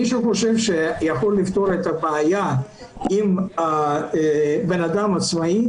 מי שחושב שהוא יכול לפתור את הבעיה עם אדם עצמאי,